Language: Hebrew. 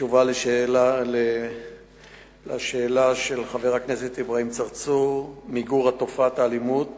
בתשובה לשאלה של חבר הכנסת אברהים צרצור: מיגור תופעת האלימות